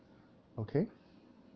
okay